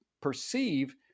perceive